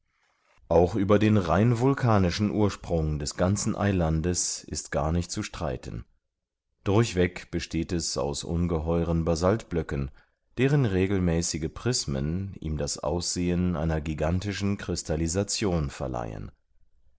auch über den rein vulkanischen ursprung des ganzen eilandes ist gar nicht zu streiten durchweg besteht es aus ungeheuren basaltblöcken deren regelmäßige prismen ihm das aussehen einer gigantischen krystallisation verleihen